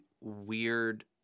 weird